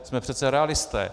Jsme přece realisté.